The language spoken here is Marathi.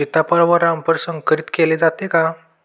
सीताफळ व रामफळ संकरित केले जाते का?